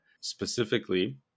specifically